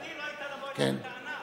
כוונתי לא היתה לבוא אליו בטענה.